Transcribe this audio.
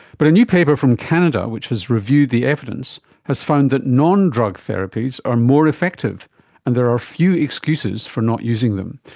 but a new paper from canada which has reviewed the evidence has found that non-drug therapies are more effective and there are few excuses for not using them.